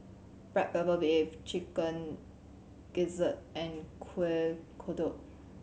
black pepper beef Chicken Gizzard and Kuih Kodok